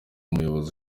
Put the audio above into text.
umuyobozi